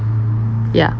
ya